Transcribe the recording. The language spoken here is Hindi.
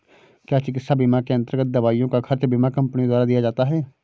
क्या चिकित्सा बीमा के अन्तर्गत दवाइयों का खर्च बीमा कंपनियों द्वारा दिया जाता है?